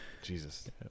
jesus